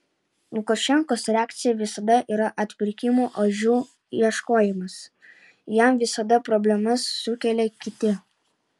lukašenkos reakcija visada yra atpirkimo ožių ieškojimas jam visada problemas sukelia kiti